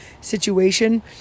situation